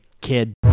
kid